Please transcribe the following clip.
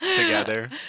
together